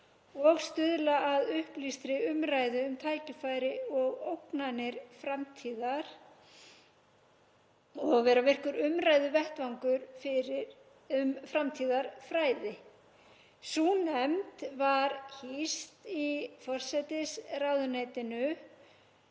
að stuðla að upplýstri umræðu um tækifæri og ógnanir framtíðar og vera virkur umræðuvettvangur um framtíðarfræði. Sú nefnd var hýst í forsætisráðuneytinu